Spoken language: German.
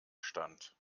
stand